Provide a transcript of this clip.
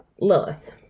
Lilith